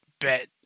bet